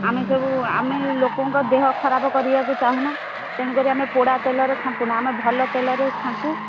ଆମେ ସବୁ ଆମେ ଲୋକଙ୍କ ଦେହ ଖରାପ କରିବାକୁ ଚାହୁଁନା ତେଣୁ କରି ଆମେ ପୋଡ଼ା ତେଲରେ ଛାଙ୍କୁ ନା ଆମେ ଭଲ ତେଲରେ ଛାଙ୍କୁ